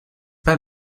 pas